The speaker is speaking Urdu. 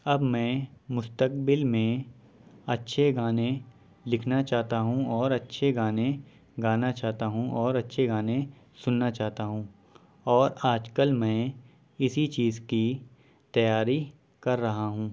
اب میں مستقبل میں اچھے گانے لکھنا چاہتا ہوں اور اچھے گانے گانا چاہتا ہوں اور اچھے گانے سننا چاہتا ہوں اور آج کل میں اسی چیز کی تیاری کر رہا ہوں